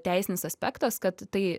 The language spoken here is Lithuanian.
teisinis aspektas kad tai